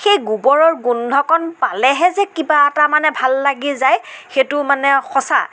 সেই গোবৰৰ গোন্ধকণ পালেহে যে কিবা এটা মানে ভাল লাগি যায় সেইটো মানে সঁচা